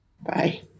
Bye